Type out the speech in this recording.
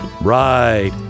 Right